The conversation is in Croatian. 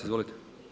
Izvolite.